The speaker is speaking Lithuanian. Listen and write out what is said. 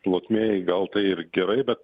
plotmėj gal ir gerai bet